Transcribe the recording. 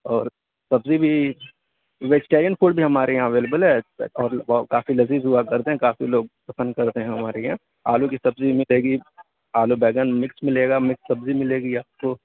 اور سبزی بھی ویجیٹرین فوڈ بھی ہمارے یہاں اویلیبل ہے اور کافی لذیذ ہُوا کرتے ہیں کافی لوگ پسند کرتے ہیں ہمارے یہاں آلو کی سبزی مِلے گی آلو بیگن مکس مِلے گا مکس سبزی مِلے گی آپ کو